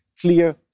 clear